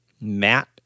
Matt